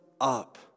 up